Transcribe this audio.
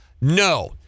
No